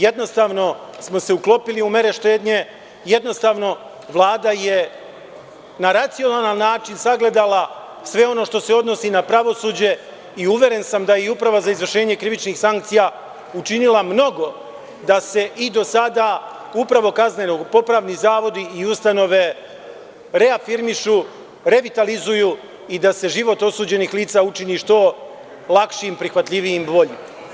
Jednostavno smo se uklopili u mere štednje, jednostavno Vlada je na racionalan način sagledala sve ono što se odnosi na pravosuđe i uveren sam da je i Uprava za izvršenje krivičnih sankcija učinila mnogo da se i do sada, upravo kazneno-popravni zavodi i ustanove reafirmišu, revitalizuju i da se život osuđenih lica učini što lakšim, prihvatljivijim i boljim.